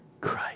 Christ